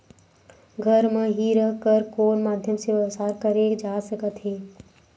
घर म हि रह कर कोन माध्यम से व्यवसाय करे जा सकत हे?